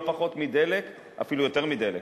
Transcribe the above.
לא פחות מדלק ואפילו יותר מדלק,